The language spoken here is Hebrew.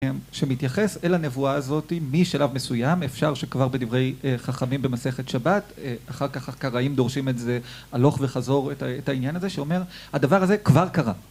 שמתייחס אל הנבואה הזאת משלב מסוים, אפשר שכבר בדברי חכמים במסכת שבת, אחר כך הקראים דורשים את זה הלוך וחזור את העניין הזה ,שאומר, הדבר הזה כבר קרה.